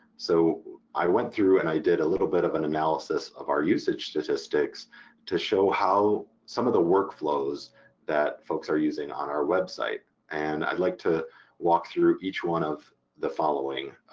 so i went through and i did a little bit of an analysis of our usage statistics to show some of the workflows that folks are using on our website, and i'd like to walk through each one of the following